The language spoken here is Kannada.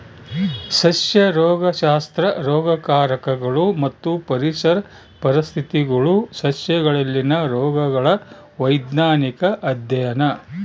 ಸಸ್ಯ ರೋಗಶಾಸ್ತ್ರ ರೋಗಕಾರಕಗಳು ಮತ್ತು ಪರಿಸರ ಪರಿಸ್ಥಿತಿಗುಳು ಸಸ್ಯಗಳಲ್ಲಿನ ರೋಗಗಳ ವೈಜ್ಞಾನಿಕ ಅಧ್ಯಯನ